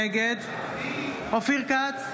נגד אופיר כץ,